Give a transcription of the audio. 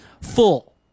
full